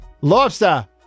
Lobster